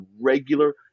regular